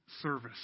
service